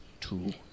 two